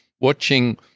watching